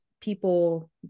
people